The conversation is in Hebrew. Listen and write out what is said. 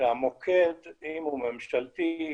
והמוקד, אם הוא ממשלתי,